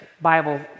Bible